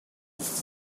was